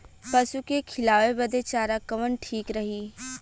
पशु के खिलावे बदे चारा कवन ठीक रही?